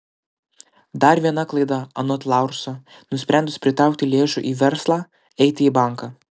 dar viena klaida anot laurso nusprendus pritraukti lėšų į verslą eiti į banką